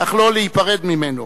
אך לא להיפרד ממנו,